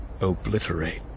obliterate